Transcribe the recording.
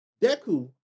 Deku